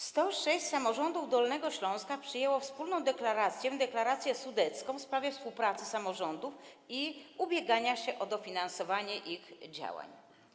106 samorządów Dolnego Śląska przyjęło wspólną deklarację, „Deklarację sudecką”, w sprawie współpracy samorządów i ubiegania się o dofinansowanie ich działań.